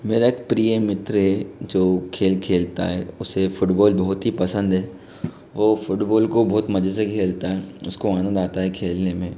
मेरा एक प्रिय मित्र है जो खेल खेलता है उसे फ़ुटबॉल बहुत ही पसंद है ओ फ़ुटबॉल को बहुत मज़े से खेलता है उसको आनंद आता है खेलने में